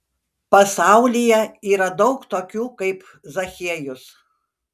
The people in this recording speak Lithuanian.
pasaulyje yra daug tokių kaip zachiejus